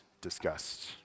discussed